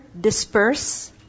disperse